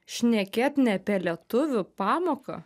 šnekėt ne apie lietuvių pamoką